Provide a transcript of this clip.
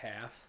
Half